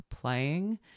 playing